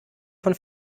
von